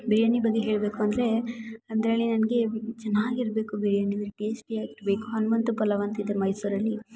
ಬಿರಿಯಾನಿ ಬಗ್ಗೆ ಹೇಳಬೇಕು ಅಂದರೆ ಅದರಲ್ಲಿ ನನಗೆ ಚೆನ್ನಾಗಿರ್ಬೇಕು ಬಿರಿಯಾನಿ ಬಟ್ ಟೇಸ್ಟಿಯಾಗಿರ್ಬೇಕು ಹನುಮಂತು ಪಲಾವ್ ಅಂತಿದೆ ಮೈಸೂರಲ್ಲಿ